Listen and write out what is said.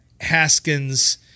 Haskins